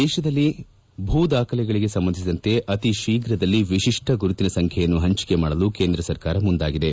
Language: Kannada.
ದೇಶದಲ್ಲಿ ಭೂದಾಖಲೆಗಳಿಗೆ ಸಂಬಂಧಿಸಿದಂತೆ ಅತಿ ಶೀಘ್ರದಲ್ಲಿ ವಿಶಿಷ್ಟ ಗುರುತಿನ ಸಂಖ್ಯೆಯನ್ನು ಪಂಚಿಕೆ ಮಾಡಲು ಕೇಂದ್ರ ಸರ್ಕಾರ ಮುಂದಾಗಿದೆ